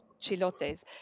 chilotes